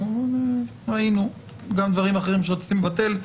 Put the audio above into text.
ראינו גם בדברים אחרים שרציתם לבטל,